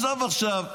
עזוב עכשיו: